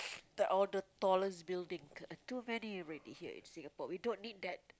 the all the tallest building too many already here in Singapore we don't need that